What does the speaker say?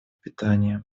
питания